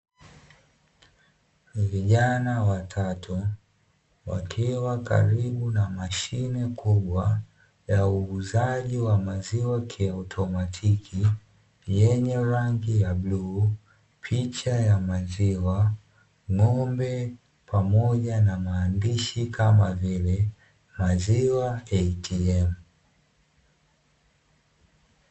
Vijana watatu wakiwa karibu na mashine kubwa ya uuzaji wa maziwa kiautomatiki yenye rangi ya bluu, picha ya maziwa, ng'ombe pamoja na maadhishi kama vile "maziwa ATM".